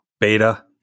Beta